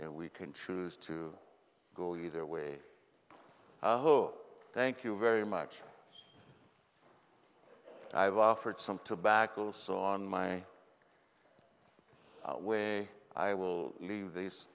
and we can choose to go either way thank you very much i have offered some tobacco so on my way i will leave these